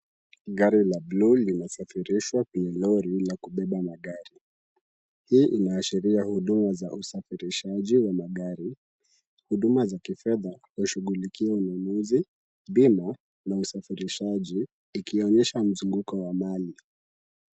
Gari la blue linasafirishwa kwenye lori la kubeba magari. Hii inaashiria huduma za usafirishaji wa magari. Huduma za kifedha kuwashughulikia wanunuzi, bima la usafirishaji ikionyesha mzunguko wa mali.